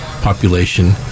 population